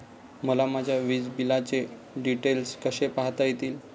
मला माझ्या वीजबिलाचे डिटेल्स कसे पाहता येतील?